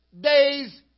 day's